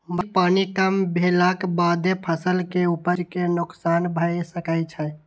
बाढ़िक पानि कम भेलाक बादो फसल के उपज कें नोकसान भए सकै छै